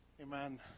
Amen